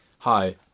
Hi